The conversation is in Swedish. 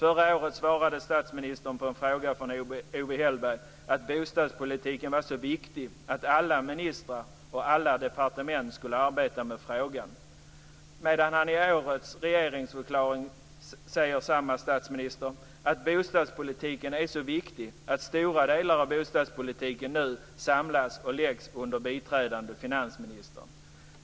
Förra året svarade statsministern på en fråga av Owe Hellberg att bostadspolitiken var så viktig att alla ministrar och alla departement skulle arbeta med frågan. I årets regeringsförklaring säger samma statsminister att bostadspolitiken är så viktig att stora delar av bostadspolitiken nu samlas och läggs under biträdande finansministern.